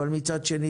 אבל מצד שני,